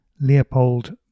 Leopold